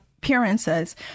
Appearances